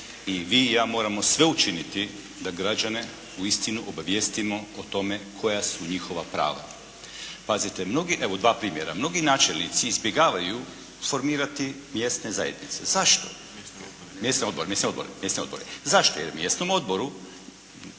i vi i ja moramo sve učiniti da građane uistinu obavijestimo o tome koja su njihova prava. Pazite, evo dva primjera. Mnogi načelnici izbjegavaju formirati mjesne zajednice, mjesne odbore. Zašto? Jer u mjesnom odboru